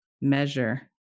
measure